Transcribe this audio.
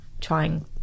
trying